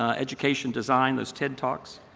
ah education design, those ted talks,